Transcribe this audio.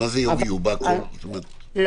אבל זה המון פרוצדורה, נכון, יואב?